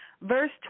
verse